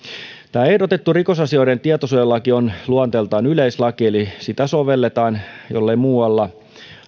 tämä ehdotettu rikosasioiden tietosuojalaki on luonteeltaan yleislaki eli sitä sovelletaan jollei muualla